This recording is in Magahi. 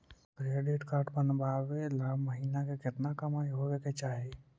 क्रेडिट कार्ड बनबाबे ल महीना के केतना कमाइ होबे के चाही?